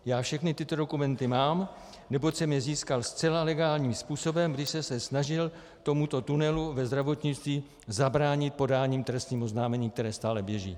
Já všechny tyto dokumenty mám, neboť jsem je získal zcela legálním způsobem, když jsem se snažil tomuto tunelu ve zdravotnictví zabránit podáním trestního oznámení, které stále běží.